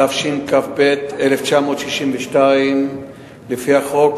התשכ"ב 1962. לפי החוק,